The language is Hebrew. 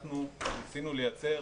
אנחנו ניסינו לייצר